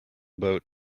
boat